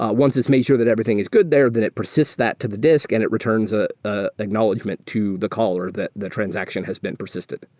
ah once it's made sure that everything is good there, then it persists that to the disk and it returns an ah ah acknowledgment to the caller that the transaction has been persisted.